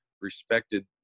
respected